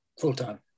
full-time